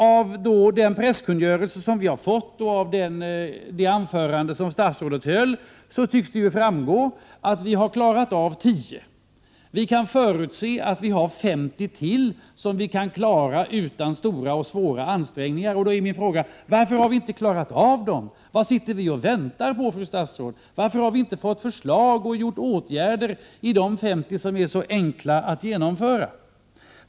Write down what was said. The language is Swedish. Av den presskungörelse som vi har fått och av det anförande som statsrådet höll tycks det framgå att vi har klarat av 10. Vi kan förutse att vi har 50 till som vi kan klara utan stora och svåra ansträngningar. Då vill jag fråga: Varför har vi inte klarat av dessa ärenden? Vad väntar vi på, fru statsråd? Varför har vi inte fått förslag och vidtagit åtgärder i de 50 ärenden som är så enkla att genomföra?